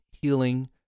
healing